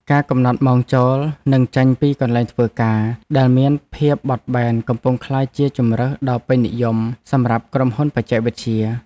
ការកំណត់ម៉ោងចូល និងចេញពីកន្លែងធ្វើការដែលមានភាពបត់បែនកំពុងក្លាយជាជម្រើសដ៏ពេញនិយមសម្រាប់ក្រុមហ៊ុនបច្ចេកវិទ្យា។